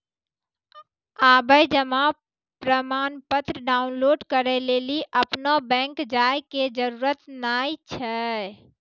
आबे जमा प्रमाणपत्र डाउनलोड करै लेली अपनो बैंक जाय के जरुरत नाय छै